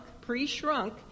pre-shrunk